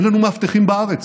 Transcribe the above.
אין לנו מאבטחים בארץ,